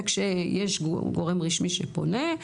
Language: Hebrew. וכשיש גורם רשמי שפונה,